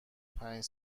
پنج